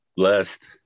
Blessed